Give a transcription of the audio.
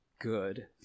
good